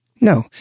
No